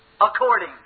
according